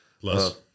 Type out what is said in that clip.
Plus